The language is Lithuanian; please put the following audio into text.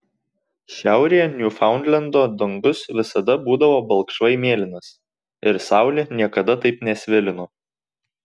šiaurėje niufaundlendo dangus visada būdavo balkšvai mėlynas ir saulė niekada taip nesvilino